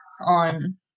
on